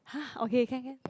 !huh! okay can can